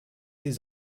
his